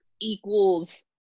equals